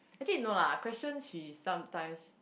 actually no lah question she sometimes